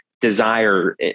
desire